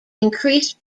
increased